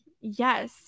Yes